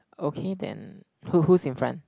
okay then who who's in front